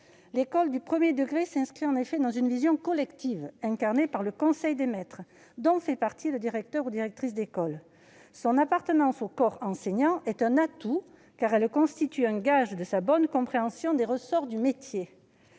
L'école du premier degré s'inscrit en effet dans une vision collective incarnée par le conseil des maîtres, dont fait partie le directeur ou la directrice d'école. Son appartenance au corps enseignant est un atout, car elle constitue un gage de sa bonne compréhension des ressorts du métier.